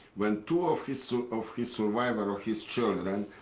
when two of his sort of his survivor, of his children,